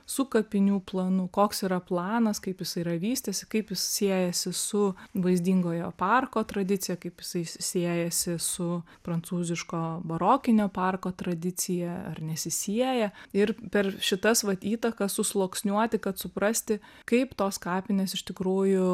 su kapinių planu koks yra planas kaip jisai yra vystėsi kaip jis siejasi su vaizdingojo parko tradicija kaip jisai siejasi su prancūziško barokinio parko tradicija ar nesisieja ir per šitas vat įtakas susluoksniuoti kad suprasti kaip tos kapinės iš tikrųjų